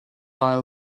ail